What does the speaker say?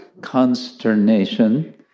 consternation